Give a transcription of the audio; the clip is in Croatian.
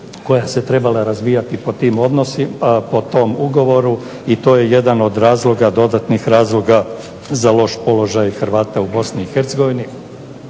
koja se trebala razvijati po tom ugovoru i to je jedan od razloga, dodatnih razloga za loš položaj Hrvata u Bosni